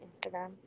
Instagram